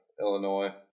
Illinois